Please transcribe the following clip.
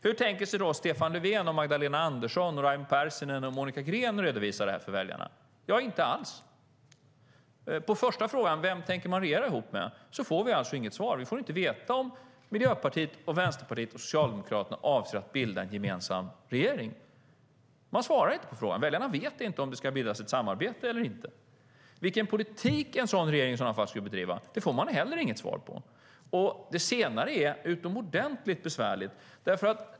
Hur tänker sig då Stefan Löfven, Magdalena Andersson, Raimo Pärssinen och Monica Green redovisa det här för väljarna? Inte alls. På första frågan, den om vem man tänker regera ihop med, får vi inget svar. Vi får inte veta om Miljöpartiet, Vänsterpartiet och Socialdemokraterna avser att bilda en gemensam regering. Man svarar inte på frågan. Väljarna vet inte om det ska bildas ett samarbete eller inte. Vilken politik en sådan regering i så fall skulle bedriva får vi inte heller något svar på. Det senare är utomordentligt besvärligt.